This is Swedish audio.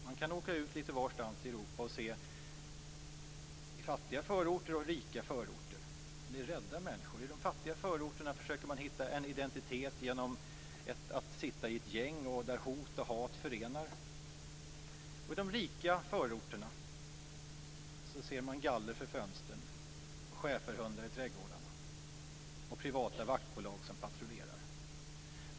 Man kan åka ut lite varstans i Europa och se på rika förorter och fattiga förorter. Det är rädda människor. I de fattiga förorterna försöker man hitta en identitet genom att sitta i gäng där hot och hat förenar. I de rika förorterna ser man galler för fönstren, schäferhundar i trädgårdarna och privata vaktbolag som patrullerar.